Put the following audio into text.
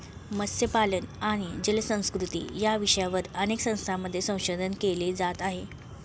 मत्स्यपालन आणि जलसंस्कृती या विषयावर अनेक संस्थांमध्ये संशोधन केले जात आहे